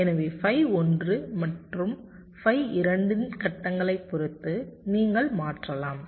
எனவே phi 1 மற்றும் phi 2 இன் கட்டங்களைப் பொறுத்து நீங்கள் மாற்றலாம்